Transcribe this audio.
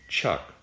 Chuck